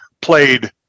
played